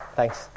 Thanks